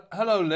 Hello